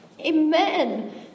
Amen